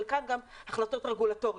חלקן החלטות רגולטוריות.